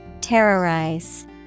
Terrorize